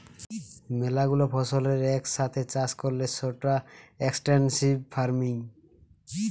ম্যালা গুলা ফসলের এক সাথে চাষ করলে সৌটা এক্সটেন্সিভ ফার্মিং